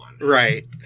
Right